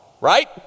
right